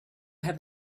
have